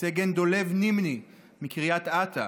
סגן דולב נמני מקריית אתא,